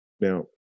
Now